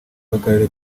b’akarere